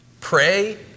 Pray